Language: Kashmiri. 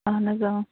اَہَن حظ آ